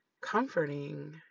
comforting